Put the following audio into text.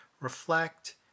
reflect